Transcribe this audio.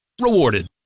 Rewarded